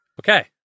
Okay